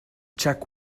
check